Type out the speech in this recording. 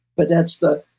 but that's the.